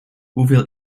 hoeveel